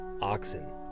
oxen